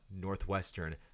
Northwestern